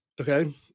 Okay